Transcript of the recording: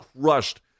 crushed